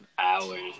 hours